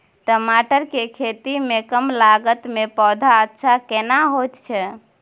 टमाटर के खेती में कम लागत में पौधा अच्छा केना होयत छै?